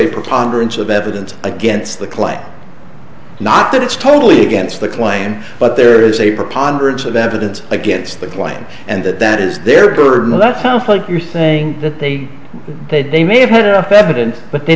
a preponderance of evidence against the claim not that it's totally against the claim but there is a preponderance of evidence against their client and that that is their burden that sounds like you're saying that they did they may have had enough evidence but they